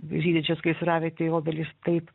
žydinčios gaisravietėj obelys taip